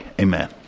Amen